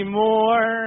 more